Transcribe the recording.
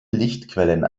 lichtquellen